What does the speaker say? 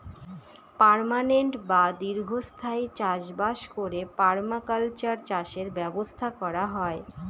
permanent বা দীর্ঘস্থায়ী চাষ বাস করে পারমাকালচার চাষের ব্যবস্থা করা হয়